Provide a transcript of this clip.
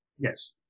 Yes